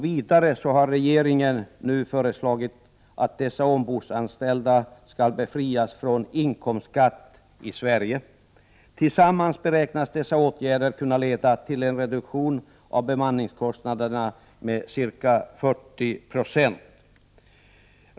Vidare har regeringen föreslagit att dessa ombordanställda skall befrias från inkomstskatt i Sverige. Tillsammans beräknas dessa åtgärder kunna leda till en reduktion av bemanningskostnaderna med ca 40 96.